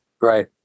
right